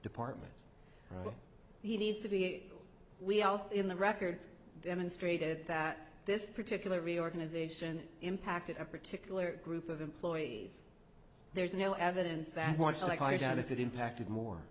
department he needs to be we all in the record demonstrated that this particular reorganization impacted a particular group of employees there's no evidence that wants like i doubt if it impacted more